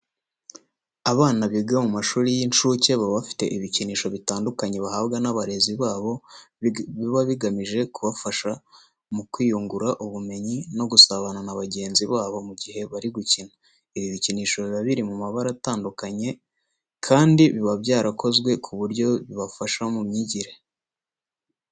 Abana biga mu mashuri y'incuke baba bafite ibikinisho bitandukanye bahabwa n'abarezi babo, biba bigamije kubafasha mu kwiyungura ubwege no gusabana na bagenzi babo mu gihe bari gukina. Ibi bikinisho biba biri mu mabara atandukanye kandi biba byarakozwe ku buryo bibafasha mu myigire.